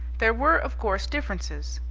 there were, of course, differences,